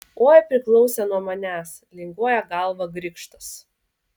oi priklausė nuo manęs linguoja galvą grikštas